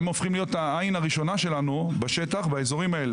הם הופכים להיות העין הראשונה שלנו בשטח באזורים האלה,